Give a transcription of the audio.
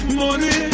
money